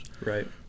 Right